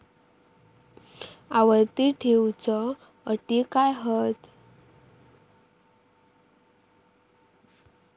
आवर्ती ठेव च्यो अटी काय हत?